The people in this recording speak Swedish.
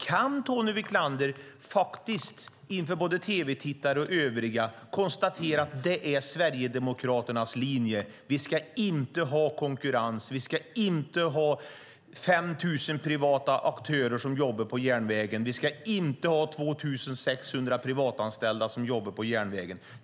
Kan Tony Wiklander inför tv-tittare och övriga konstatera att Sverigedemokraternas linje är att vi inte ska ha konkurrens, att vi inte ska ha 5 000 privata aktörer som jobbar inom järnvägen och att vi inte ska ha 2 600 privatanställda som jobbar inom järnvägen?